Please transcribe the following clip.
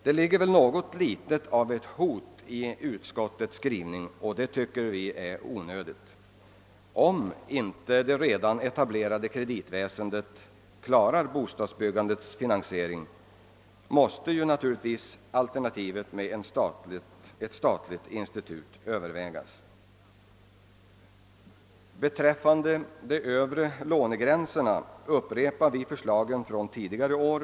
Det ligger väl — och det tycker vi är onödigt — något av ett hot i utskottets skrivning: Om inte det redan etablerade kreditväsendet klarar bostadsbyggandets finansiering, måste alternativet med ett statligt institut övervägas. Beträffande de övre lånegränserna upprepar vi förslagen från tidigare år.